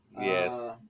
Yes